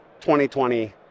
2020